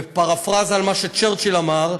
בפרפראזה על מה שצ'רצ'יל אמר: